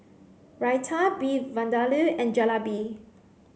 Raita Beef Vindaloo and Jalebi